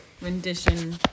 rendition